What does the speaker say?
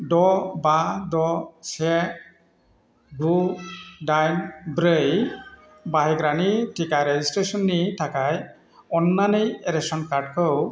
द' बा द' से गु दाइन ब्रै बाहायग्रानि टिका रेजिसट्रेसननि थाखाय अन्नानै रेशन कार्डखौ